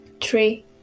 three